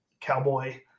cowboy